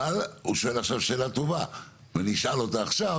אבל הוא שאל עכשיו שאלה טובה ואני אשאל אותה עכשיו.